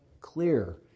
clear